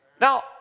Now